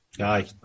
aye